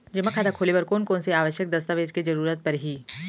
जेमा खाता खोले बर कोन कोन से आवश्यक दस्तावेज के जरूरत परही?